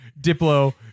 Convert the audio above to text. Diplo